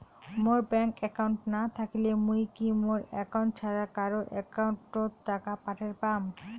মোর bank account না থাকিলে মুই কি মোর একাউন্ট ছাড়া কারো একাউন্ট অত টাকা পাঠের পাম?